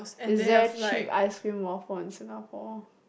is there a cheap ice cream waffle in Singapore